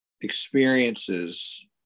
experiences